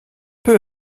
peu